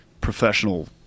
professional